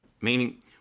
meaning